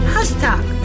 Hashtag